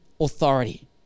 authority